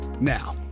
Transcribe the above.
Now